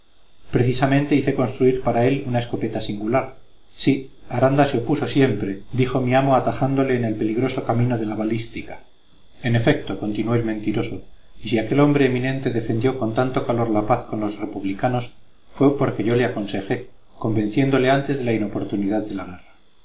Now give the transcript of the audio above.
precisamente hice construir para él una escopeta singular sí aranda se opuso siempre dijo mi amo atajándole en el peligroso camino de la balística en efecto continuó el mentiroso y si aquel hombre eminente defendió con tanto calor la paz con los republicanos fue porque yo se lo aconsejé convenciéndole antes de la inoportunidad de la